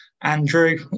Andrew